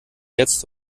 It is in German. jetzt